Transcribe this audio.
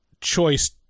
choice